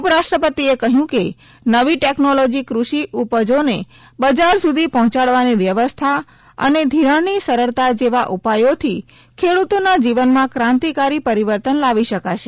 ઉપરાષ્ટ્રપતિએ કહ્યું કે નવી ટેકનોલોજી કૃષિ ઉપજોને બજાર સુધી પહોચાડવાની વ્યવસ્થા અને ધિરાણની સરળતા જેવા ઉપાયોથી ખેડૂતોના જીવનમા ક્રાંતિકારી પરિવર્તન લાવી શકાશે